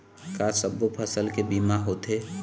का सब्बो फसल के बीमा होथे?